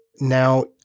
Now